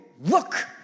Look